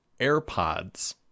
AirPods